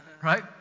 Right